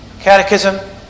catechism